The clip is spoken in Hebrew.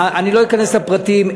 אני לא אכנס לפרטים,